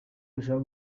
bashaka